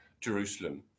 Jerusalem